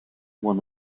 won